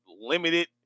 limited